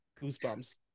goosebumps